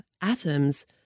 atoms